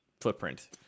footprint